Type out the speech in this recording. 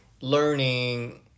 learning